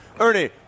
Ernie